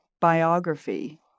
biography